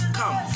come